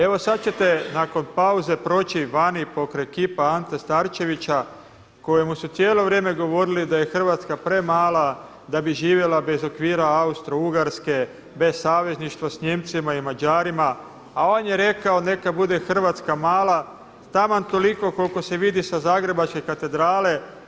Evo sad ćete nakon pauze proći vani pokraj kipa Ante Starčevića kojemu su cijelo vrijeme govorili da je Hrvatska premala da bi živjela bez okvira Austro-ugarske, bez savezništva sa Nijemcima i Mađarima, a on je rekao neka bude Hrvatska mala taman toliko koliko se vidi sa zagrebačke katedrale.